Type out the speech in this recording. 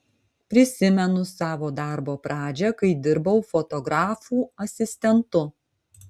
prisimenu savo darbo pradžią kai dirbau fotografų asistentu